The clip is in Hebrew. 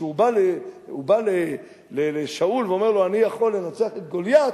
כשהוא בא לשאול ואומר לו: אני יכול לנצח את גוליית,